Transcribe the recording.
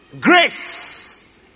Grace